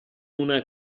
una